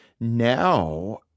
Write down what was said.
Now